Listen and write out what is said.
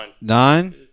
Nine